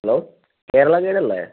hello Kerala ജെയിലല്ലേ